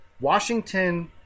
Washington